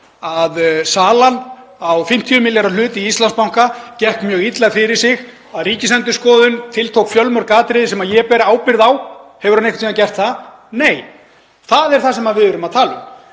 að salan á 50 milljarða hlut í Íslandsbanka gekk mjög illa fyrir sig, að Ríkisendurskoðun tiltók fjölmörg atriði sem ég ber ábyrgð á? Hefur hann einhvern tímann gert það? Nei. Það er það sem við erum að tala um.